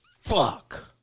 Fuck